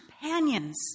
companions